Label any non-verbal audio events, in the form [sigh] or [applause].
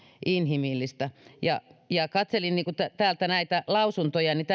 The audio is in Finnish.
inhimillistä kun katselin täältä näitä lausuntoja niin [unintelligible]